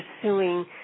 pursuing